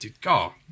go